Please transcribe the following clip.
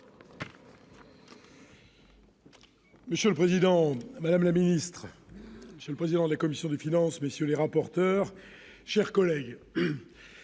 Monsieur le président, madame la ministre, le président de la commission des finances, messieurs les rapporteurs, chers collègues,